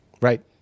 Right